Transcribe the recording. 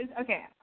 okay